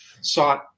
sought